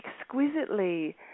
exquisitely